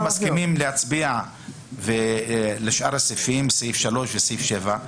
מסכימים להצביע על סעיף 3 ועל סעיף 7,